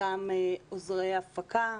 אותם עוזרי הפקה,